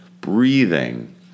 breathing